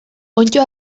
onddo